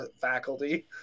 faculty